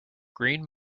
green